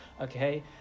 Okay